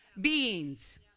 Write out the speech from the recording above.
beings